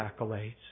accolades